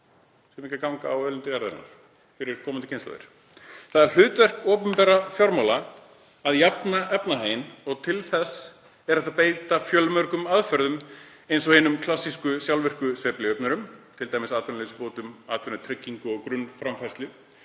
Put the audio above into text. séum ekki að ganga á auðlindir jarðarinnar fyrir komandi kynslóðir. Það er hlutverk opinberra fjármála að jafna efnahaginn og til þess er hægt að beita fjölmörgum aðferðum eins og hinum klassísku sjálfvirku sveiflujöfnurum, t.d. atvinnuleysisbótum, atvinnutryggingu og grunnframfærslu.